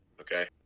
okay